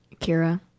kira